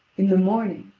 in the morning,